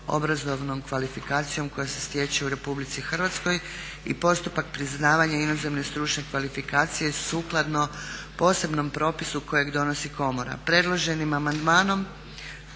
obrazovnom kvalifikacijom koja se stječe u RH i postupak priznavanja inozemne stručne kvalifikacije sukladno posebnom propisu kojeg donosi komora. Predloženim amandmanom